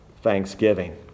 thanksgiving